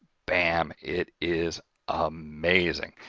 bam! it is amazing.